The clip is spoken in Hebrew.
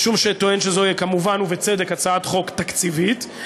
משום שטוען שזו כמובן, ובצדק, הצעת חוק תקציבית.